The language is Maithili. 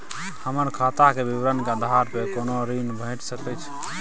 हमर खाता के विवरण के आधार प कोनो ऋण भेट सकै छै की?